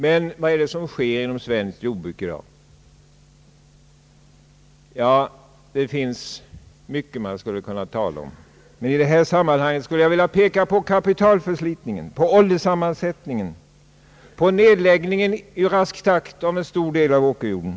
Men vad är det som sker inom svenskt jordbruk i dag? Det finns mycket som man skulle kunna tala om, men i detta sammanhang skulle jag vilja peka på kapitalförslitningen, på ålderssammansättningen, på nedläggningen i rask takt av en stor del av åkerjorden.